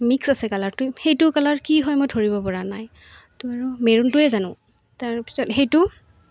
mix আছে কালাৰটো সেইটো কালাৰ কি হয় মই ধৰিব পৰা নাই তো আৰু মেৰুণটোৱে জানো তাৰ পিছত সেইটো